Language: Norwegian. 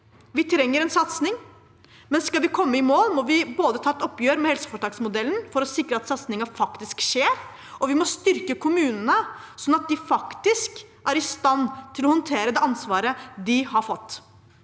Vi trenger en satsing, men skal vi komme i mål, må vi både ta et oppgjør med helseforetaksmodellen for å sikre at satsingen faktisk skjer, og styrke kommunene, sånn at de faktisk er i stand til å håndtere det ansvaret de har fått.